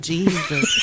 Jesus